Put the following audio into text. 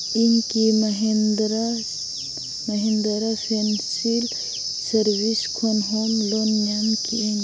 ᱤᱧ ᱠᱤ Mahindra Mahindra financial services ᱠᱷᱚᱱ ᱦᱳᱢ ᱞᱳᱱ ᱧᱟᱢ ᱠᱤᱭᱟᱹᱧ